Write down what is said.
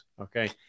okay